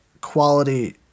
quality